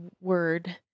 word